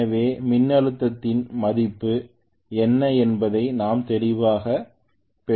எனவே மின்னழுத்தத்தின் மதிப்பு என்ன என்பதை நாம் தெளிவாக பெற்றுள்ளோம்